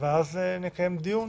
שליש נאמר,